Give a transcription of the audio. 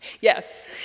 Yes